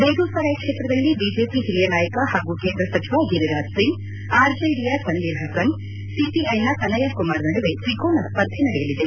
ಬೇಗು ಸರಾಯ್ ಕ್ಷೇತ್ರದಲ್ಲಿ ಬಿಜೆಪಿ ಹಿರಿಯ ನಾಯಕ ಹಾಗೂ ಕೇಂದ್ರ ಸಚಿವ ಗಿರಿರಾಜ್ ಸಿಂಗ್ ಆರ್ಜೆಡಿಯ ತನ್ವೀರ್ ಪಸನ್ ಸಿಪಿಐನ ಕನ್ನಯ್ಕ ಕುಮಾರ್ ನಡುವೆ ತ್ರಿಕೋಣ ಸ್ಪರ್ಧೆ ನಡೆಯಲಿದೆ